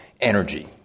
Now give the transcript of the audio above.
energy